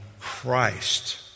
Christ